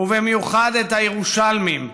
במיוחד את הירושלמים,